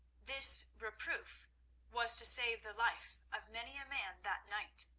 this reproof was to save the life of many a man that night.